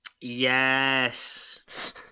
yes